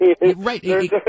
right